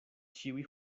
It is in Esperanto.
ĉiuj